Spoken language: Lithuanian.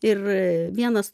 ir vienas